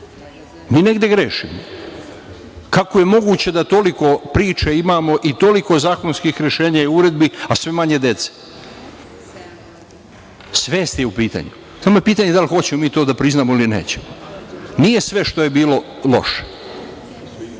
Mi negde grešimo, narode. Kako je moguće da toliko priče imamo i toliko zakonskih rešenja i uredbi, a sve manje dece? Svest je u pitanju. Samo je pitanje da li hoćemo mi to da priznamo ili nećemo. Nije sve što je bilo loše.